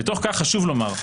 בתוך כך חשוב לומר,